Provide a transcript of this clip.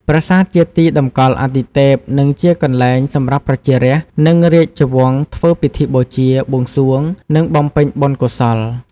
ប្រាសាទជាទីតម្កល់អាទិទេព និងជាកន្លែងសម្រាប់ប្រជារាស្ត្រ និងរាជវង្សធ្វើពិធីបូជា បួងសួង និងបំពេញបុណ្យកុសល។